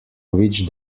which